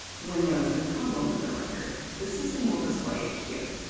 when there is a problem with the record, the system will display it here.